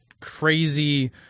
crazy